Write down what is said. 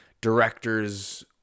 directors